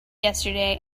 yesterday